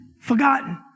forgotten